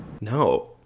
No